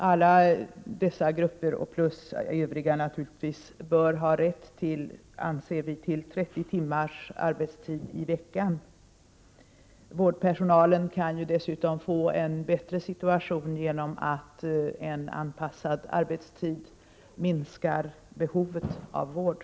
Alla dessa grupper och naturligtvis även övriga bör ha rätt till 30 timmars arbetstid i veckan. Vårdpersonalen kan dessutom få en bättre situation genom att en anpassad arbetstid minskar behovet av vård.